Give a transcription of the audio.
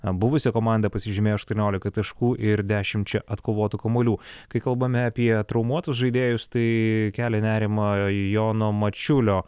buvusia komanda pasižymėjo aštuonolika taškų ir dešimčia atkovotų kamuolių kai kalbame apie traumuotus žaidėjus tai kelia nerimą jono mačiulio